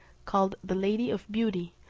called the lady of beauty,